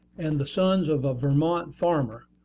and the sons of a vermont farmer.